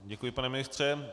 Děkuji, pane ministře.